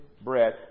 bread